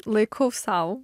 laikau sau